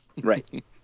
Right